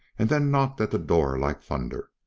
and then knocked at the door like thunder.